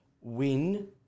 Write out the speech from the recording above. win